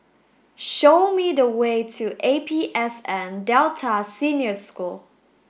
show me the way to A P S N Delta Senior School